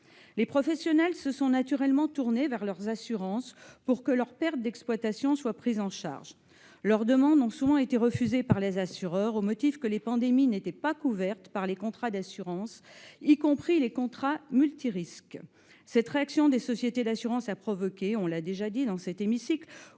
Les professionnels se sont naturellement tournés vers leurs assurances pour que leurs pertes d'exploitation soient prises en charge. Leurs demandes ont souvent été refusées par les assureurs au motif que les pandémies n'étaient pas couvertes par les contrats d'assurance, y compris par les contrats multirisques. Cette réaction des sociétés d'assurance a provoqué, outre la colère des assurés,